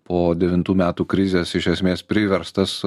po devintų metų krizės iš esmės priverstas